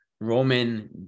roman